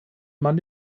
man